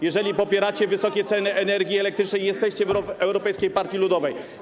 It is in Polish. Jeżeli popieracie wysokie ceny energii elektrycznej, jesteście w Europejskiej Partii Ludowej.